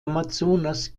amazonas